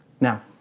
Now